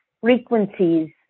frequencies